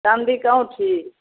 चाँदीके औँठी